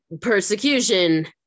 persecution